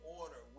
order